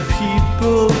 people